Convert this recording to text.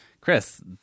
Chris